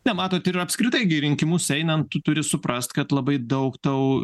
ne matot ir apskritai gi į rinkimus einant tu turi suprast kad labai daug tau